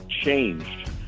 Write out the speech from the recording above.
changed